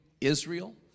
Israel